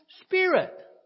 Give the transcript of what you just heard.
spirit